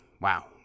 wow